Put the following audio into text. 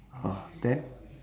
ah then